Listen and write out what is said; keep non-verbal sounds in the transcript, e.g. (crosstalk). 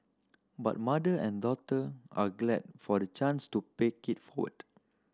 but mother and daughter are glad for the chance to pay (unintelligible) forward